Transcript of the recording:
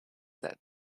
that